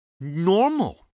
normal